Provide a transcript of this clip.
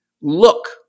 look